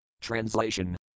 Translation